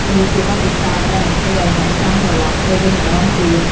នេះជាបទពិសោធន៍ដែលនឹងធ្វើឱ្យអ្នកចង់ត្រឡប់ទៅវិញម្តងទៀត។